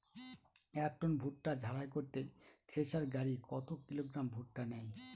এক টন ভুট্টা ঝাড়াই করতে থেসার গাড়ী কত কিলোগ্রাম ভুট্টা নেয়?